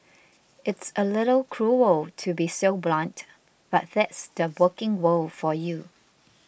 it's a little cruel to be so blunt but that's the working world for you